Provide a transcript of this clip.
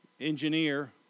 engineer